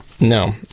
No